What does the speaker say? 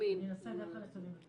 אני אנסה דרך הנתונים.